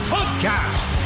Podcast